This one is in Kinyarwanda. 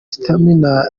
stamina